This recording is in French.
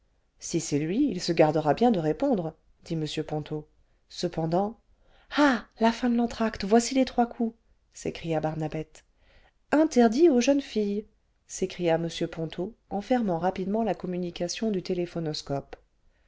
si c'est lui il se gardera bien de répondre dit m ponto cependant ah la fin de l'entr'acte voici les trois coups s'écria barnabette interdit aux jeunes filles s'écria m ponto en fermant rapidement la communication du téléphonoscope